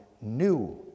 new